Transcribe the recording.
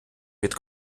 від